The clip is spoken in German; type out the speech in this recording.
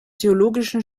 theologischen